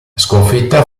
sconfitta